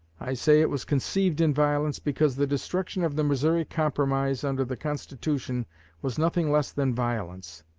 i say it was conceived in violence, because the destruction of the missouri compromise under the constitution was nothing less than violence.